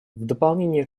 дополнение